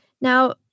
Now